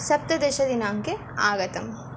सप्तदश दिनाङ्के आगतं